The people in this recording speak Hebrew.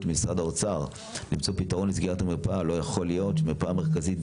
ומשרד האוצר למצוא פתרון לסגירת המרפאה לא יכול להיות שמרפאה מרכזית,